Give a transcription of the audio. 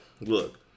look